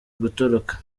gutoroka